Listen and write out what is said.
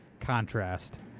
contrast